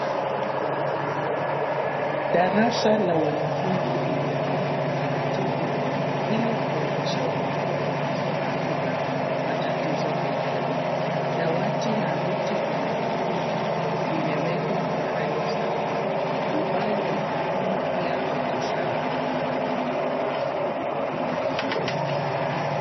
Darasa la wanafunzi limepangwa taratibu ili kuwezesha wanafunzi kusoma bila matatizo mengi. Dawati na viti vya wanafunzi vimewekwa kwa hali safi. Ubao wa mwalimu pia uko sawa.